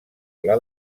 pla